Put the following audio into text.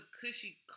cushy